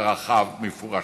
ערכיו מפורשים.